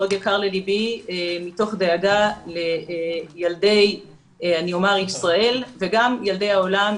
מאוד יקר לליבי מתוך דאגה לילדי ישראל וגם ילדי העולם,